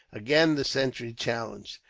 again the sentry challenged.